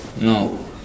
No